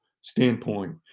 standpoint